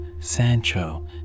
Sancho